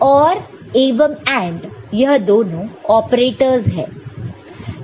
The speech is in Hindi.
OR एवं AND यह दोनों ऑपरेटरस है